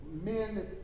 men